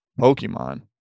Pokemon